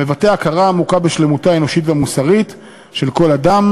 המבטא הכרה עמוקה בשלמות האנושית והמוסרית של כל אדם,